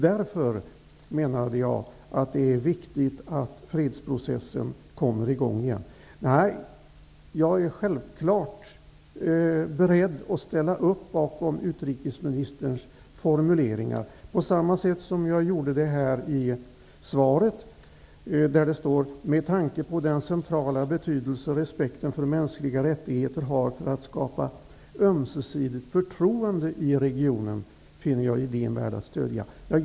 Därför menade jag att det är viktigt att fredsprocessen kommer i gång igen. Jag är självfallet beredd att ställa mig bakom utrikesministerns formuleringar, på samma sätt som med följande mening i svaret: ''Med tanke på den centrala betydelse respekten för mänskliga rättigheter har för att skapa ömsesidigt förtroende i regionen, finner jag idén värd att stödja.''